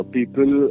People